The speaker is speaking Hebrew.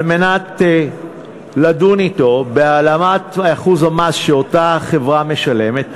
על מנת לדון אתו בהעלאת אחוז המס שאותה חברה משלמת,